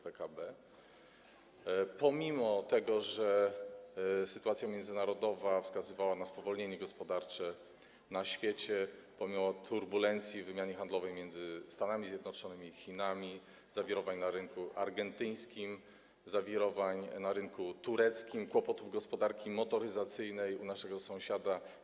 Pomimo że sytuacja międzynarodowa wskazywała na spowolnienie gospodarcze na świecie, pomimo turbulencji w wymianie handlowej między Stanami Zjednoczonymi i Chinami, zawirowań na rynku argentyńskim, zawirowań na rynku tureckim, kłopotów gospodarki motoryzacyjnej u naszego sąsiada,